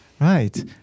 Right